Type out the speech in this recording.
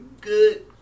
good